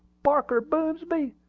parker boomsby,